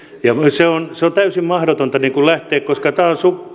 se se on täysin mahdotonta lähteä tähän koska